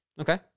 Okay